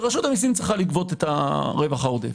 ורשות המיסים צריכה לגבות את הרווח העודף.